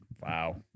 Wow